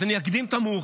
אז אני אקדים את המאוחר.